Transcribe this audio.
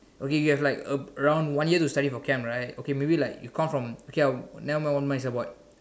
okay you have like a around one year to study for Chem right okay maybe like you count from okay never mind one it's about